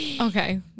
Okay